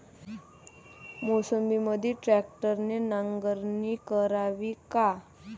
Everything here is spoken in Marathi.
मोसंबीमंदी ट्रॅक्टरने नांगरणी करावी का?